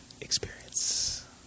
experience